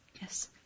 Yes